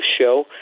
show